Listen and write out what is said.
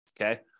okay